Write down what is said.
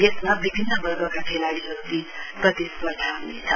यसमा विभिन्न वर्गका खेलाड़ीहरूबीच प्रतिष्पर्धा ह्नेछ